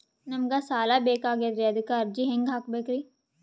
ನಮಗ ಸಾಲ ಬೇಕಾಗ್ಯದ್ರಿ ಅದಕ್ಕ ಅರ್ಜಿ ಹೆಂಗ ಹಾಕಬೇಕ್ರಿ?